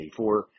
1984